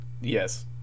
Yes